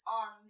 on